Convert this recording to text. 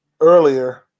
earlier